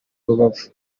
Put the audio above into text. rubavu